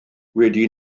wedi